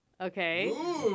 Okay